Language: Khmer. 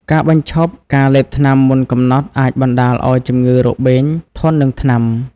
ការបញ្ឈប់ការលេបថ្នាំមុនកំណត់អាចបណ្តាលឱ្យជំងឺរបេងធន់នឹងថ្នាំ។